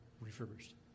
refurbished